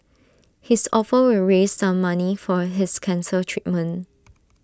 his offer will raise some money for his cancer treatment